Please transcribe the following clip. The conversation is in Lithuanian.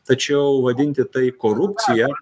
tačiau vadinti tai korupcija